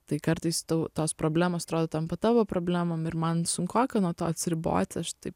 tai kartais tau tos problemos atrodo tampa tavo problemom ir man sunkoka nuo to atsiriboti aš taip